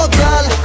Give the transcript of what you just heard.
girl